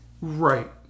Right